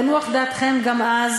תנוח דעתכם, גם אז